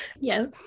Yes